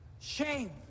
shame